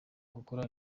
gukora